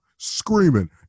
screaming